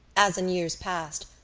as in years past,